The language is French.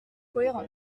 cohérent